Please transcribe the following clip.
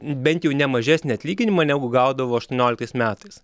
bent jau ne mažesnį atlyginimą negu gaudavo aštuonioliktais metais